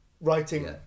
writing